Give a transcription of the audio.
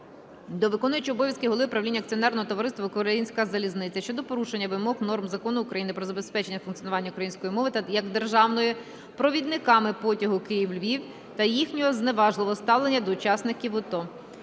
до виконуючого обов'язки голови правління Акціонерного товариства "Українська залізниця" щодо порушення вимог норм Закону України "Про забезпечення функціонування української мови як державної" провідниками потягу Київ-Львів та їхнього зневажливого ставлення до учасників АТО.